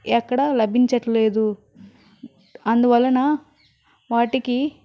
ఎక్కడా లభించటం లేదు అందువలన వాటికి